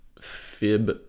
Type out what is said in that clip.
fib